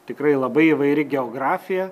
tikrai labai įvairi geografija